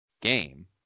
game